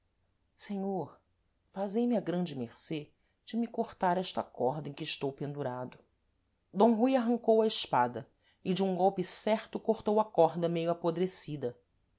senhor fazei me a grande mercê de me cortar esta corda em que estou pendurado d rui arrancou a espada e de um golpe certo cortou a corda meio apodrecida